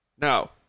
Now